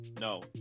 no